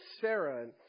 Sarah